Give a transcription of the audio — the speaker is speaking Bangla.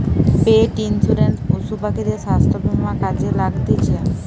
পেট ইন্সুরেন্স পশু পাখিদের স্বাস্থ্য বীমা কাজে লাগতিছে